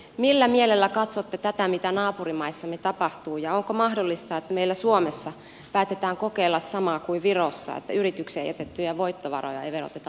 millä mielellä katsotte tätä mitä naapurimaissamme tapahtuu ja onko mahdollista että meillä suomessa päätetään kokeilla samaa kuin virossa siis että yritykseen jätettyjä voittovaroja ei veroteta lainkaan